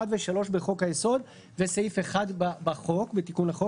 ו-3 בחוק-היסוד וסעיף 1 בתיקון לחוק,